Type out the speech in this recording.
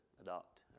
adopt